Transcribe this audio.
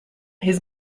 his